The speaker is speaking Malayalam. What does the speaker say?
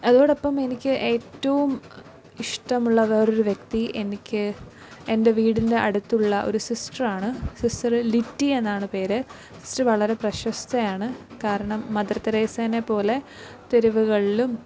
അതോടൊപ്പം എനിക്ക് ഏറ്റവും ഇഷ്ടമുള്ള വേറൊരു വ്യക്തി എനിക്ക് എൻ്റെ വീടിൻ്റെ അടുത്തുള്ള ഒരു സിസ്റ്ററാണ് സിസ്റ്റർ ലിറ്റി എന്നാണ് പേര് സിസ്റ്റർ വളരെ പ്രശസ്തയാണ് കാരണം മദർതെരേസയിനെപോലെ തെരുവുകളിലും